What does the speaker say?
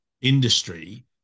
industry